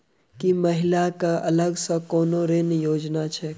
की महिला कऽ अलग सँ कोनो ऋण योजना छैक?